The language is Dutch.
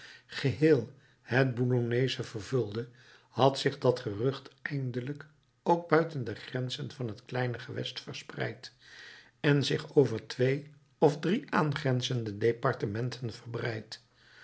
geheel het boulonneesche vervulde had zich dat gerucht eindelijk ook buiten de grenzen van het kleine gewest verspreid en zich over twee of drie aangrenzende departementen verbreid